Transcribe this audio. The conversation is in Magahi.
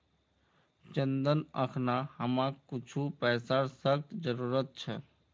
चंदन अखना हमाक कुछू पैसार सख्त जरूरत छ